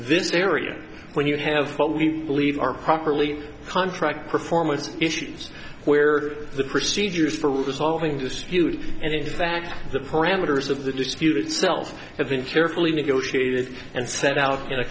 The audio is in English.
this area when you have what we believe are properly contract performance issues where the procedures for resolving disputes and in fact the parameters of the dispute itself have been carefully negotiated and set out in a